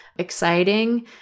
exciting